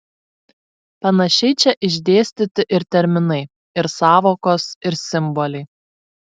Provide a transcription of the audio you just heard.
panašiai čia išdėstyti ir terminai ir sąvokos ir simboliai